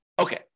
Okay